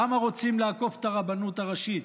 למה רוצים לעקוף את הרבנות הראשית?